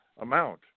amount